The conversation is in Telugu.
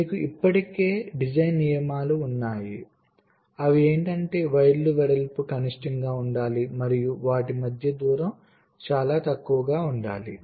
మీకు ఇప్పటికే డిజైన్ నియమాలు ఉన్నాయి అవి వైర్లు వెడల్పు కనిష్టంగా ఉండాలి మరియు వాటి మధ్య దూరం చాలా తక్కువగా ఉండాలి